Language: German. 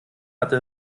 hatte